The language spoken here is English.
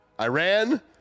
Iran